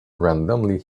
randomly